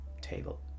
table